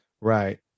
Right